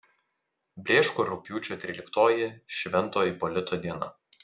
brėško rugpjūčio tryliktoji švento ipolito diena